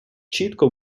чітко